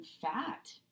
fat